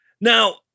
Now